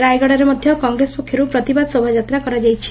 ରାୟଗଡ଼ାରେ ମଧ୍ୟ କଂଗ୍ରେସ ପକ୍ଷରୁ ପ୍ରତିବାଦ ଶୋଭାଯାତ୍ରା କରାଯାଇଛି